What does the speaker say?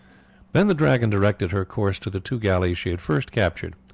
then the dragon directed her course to the two galleys she had first captured.